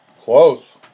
Close